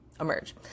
emerge